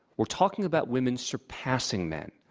we're talking about women surpassing men.